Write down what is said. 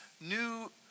new